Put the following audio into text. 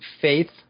faith